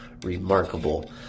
remarkable